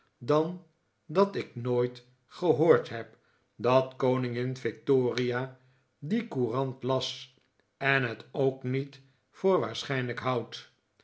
dan dat ik nooit gehoord heb dat koningin victoria die courant las en het ook niet voor waarschijnlijk houd